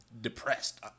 depressed